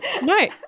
No